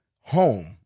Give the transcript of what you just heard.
home